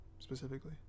Specifically